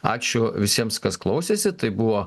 ačiū visiems kas klausėsi tai buvo